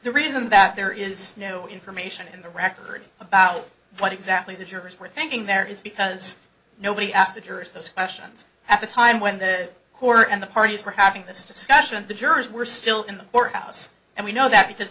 the reason that there is no information in the record about what exactly the jurors were thinking there is because nobody asked the jurors those questions at the time when the court and the parties were having this discussion the jurors were still in the courthouse and we know that because